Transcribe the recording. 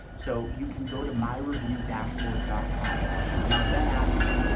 so you can go to my review dashboard dot com now ben asks,